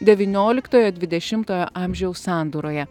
devynioliktojo dvidešimtojo amžiaus sandūroje